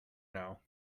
now